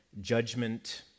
judgment